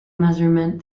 measurement